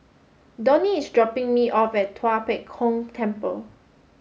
Donny is dropping me off at Tua Pek Kong Temple